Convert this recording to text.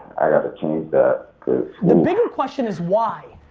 i got to but the bigger question is, why?